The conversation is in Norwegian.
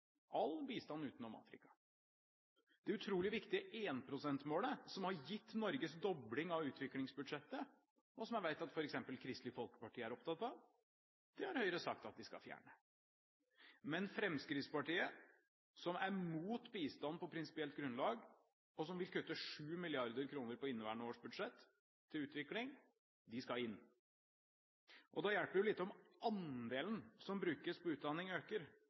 all bistand utenom Afrika. Det utrolig viktige én-prosent-målet, som har gitt Norges dobling av utviklingsbudsjettet, og som jeg vet at f.eks. Kristelig Folkeparti er opptatt av, har Høyre sagt at de skal fjerne. Men Fremskrittspartiet, som er mot bistand på prinsipielt grunnlag, og som vil kutte 7 mrd. kr på inneværende års budsjett til utvikling, skal inn. Det hjelper lite om andelen som brukes på utdanning øker,